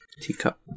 Teacup